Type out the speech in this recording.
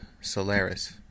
Solaris